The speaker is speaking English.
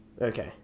Okay